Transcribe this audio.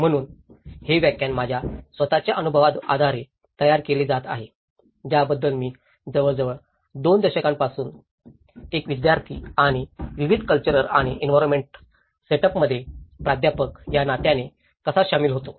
म्हणून हे व्याख्यान माझ्या स्वतःच्या अनुभवांच्या आधारे तयार केले जात आहे ज्याबद्दल मी जवळजवळ 2 दशकांपासून एक विद्यार्थी आणि विविध कल्चरल आणि एन्विरोमेंटल सेटअपमध्ये प्राध्यापक या नात्याने कसा सामील होतो